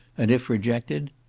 and if rejected,